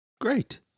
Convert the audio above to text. Great